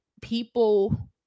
people